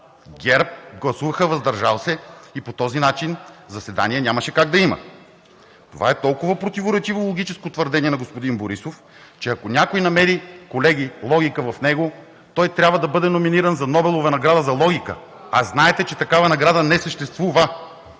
ГЕРБ гласуваха „въздържал се“ и по този начин заседание нямаше как да има. Това е толкова противоречиво логическо твърдение на господин Борисов, че ако някой намери логика в него, колеги, той трябва да бъде номиниран за Нобелова награда за логика, а знаете, че такава награда не съществува!